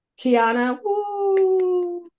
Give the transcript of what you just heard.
Kiana